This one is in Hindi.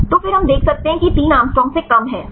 तो फिर हम देख सकते हैं कि यह 3 एंग्स्ट्रॉम से कम है